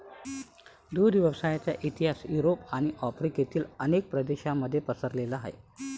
दुग्ध व्यवसायाचा इतिहास युरोप आणि आफ्रिकेतील अनेक प्रदेशांमध्ये पसरलेला आहे